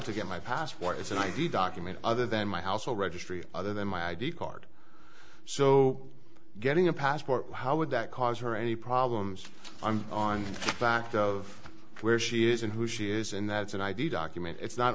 to get my passport it's an i d document other than my house so registry other than my i d card so getting a passport how would that cause her any problems i'm on the back of where she is and who she is and that's an idea document it's not